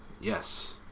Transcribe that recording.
Yes